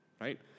right